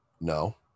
No